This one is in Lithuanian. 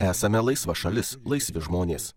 esame laisva šalis laisvi žmonės